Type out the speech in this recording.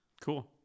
Cool